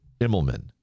Immelman